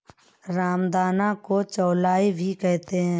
रामदाना को चौलाई भी कहते हैं